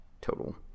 total